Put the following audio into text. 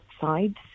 sides